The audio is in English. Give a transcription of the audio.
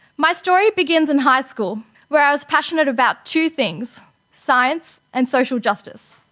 my story begins in high school where i was passionate about two things science and social justice.